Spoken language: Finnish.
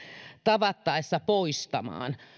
tavattaessa poistamaan